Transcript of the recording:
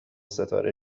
ستاره